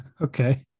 Okay